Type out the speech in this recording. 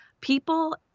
people